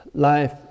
life